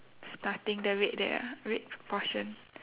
starting the red there ah red portion